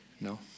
No